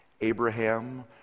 Abraham